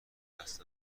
دست